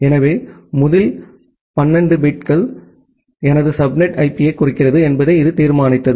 எனவே முதல் 12 பிட்கள் எனது சப்நெட் ஐபியைக் குறிக்கிறது என்பதை இது தீர்மானித்தது